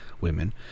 women